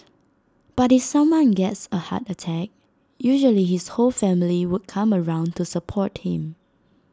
but if someone gets A heart attack usually his whole family would come around to support him